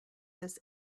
this